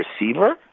receiver